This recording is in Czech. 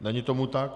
Není tomu tak.